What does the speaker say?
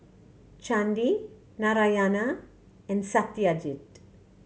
Chandi Narayana and Satyajit